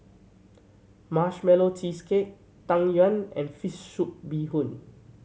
Marshmallow Cheesecake Tang Yuen and fish soup bee hoon